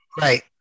Right